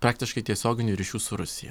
praktiškai tiesioginių ryšių su rusija